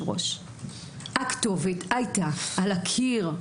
הכתובת הייתה על הקיר.